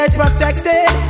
protected